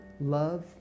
Love